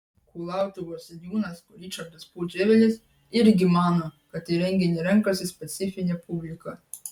kulautuvos seniūnas ričardas pudževelis irgi mano kad į renginį renkasi specifinė publika